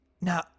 now